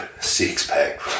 six-pack